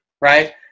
right